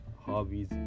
hobbies